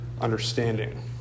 understanding